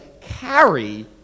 carry